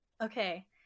okay